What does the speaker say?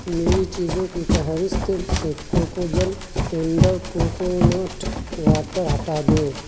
میری چیزوں کی فہرست سے کوکو جل ٹینڈر کوکونٹ واٹر ہٹا دو